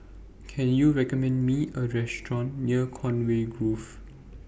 Can YOU recommend Me A Restaurant near Conway Grove